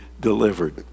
delivered